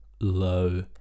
low